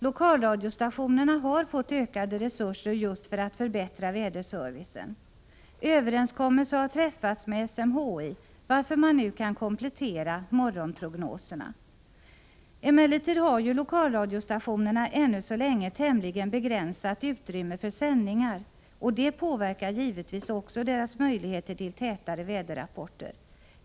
Lokalradiostationerna har fått ökade resurser just för att förbättra väderservicen. Överenskommelse har träffats med SMHI, varför morgonprognoserna nu kan kompletteras. Emellertid har lokalradiostationerna ännu så länge begränsat utrymme för sändningar, och det påverkar givetvis också deras möjligheter till tätare väderrapporter.